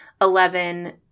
Eleven